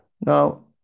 Now